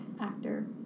actor